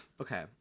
Okay